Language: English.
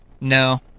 No